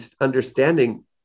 understanding